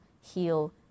heal